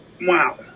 Wow